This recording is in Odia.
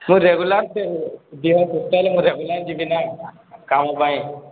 ମୁଁ ରେଗୁଲାର୍ ଦେହ ସୁସ୍ଥ ହେଲେ ମୁଁ ରେଗୁଲାର୍ ଯିବି ନା କାମ ପାଇଁ